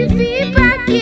feedback